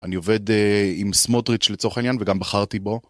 אני עובד עם סמוטריץ' לצורך העניין וגם בחרתי בו.